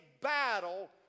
battle